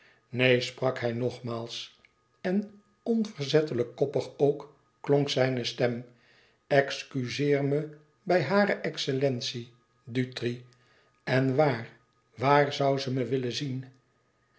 neen sprak hij nogmaals en onverzettelijk koppig ook klonk zijne stem excuzeer me bij hare excellentie dutri en waar waar zoû ze me willen zien